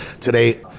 Today